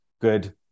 good